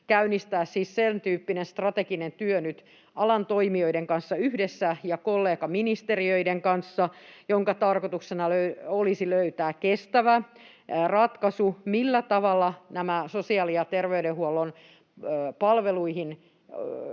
käynnistää nyt alan toimijoiden ja kollegaministeriöiden kanssa yhdessä sentyyppinen strateginen työ, jonka tarkoituksena olisi löytää kestävä ratkaisu, millä tavalla nämä sosiaali- ja terveydenhuollon palveluihin